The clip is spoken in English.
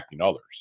others